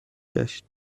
گشت